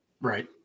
right